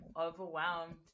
overwhelmed